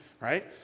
right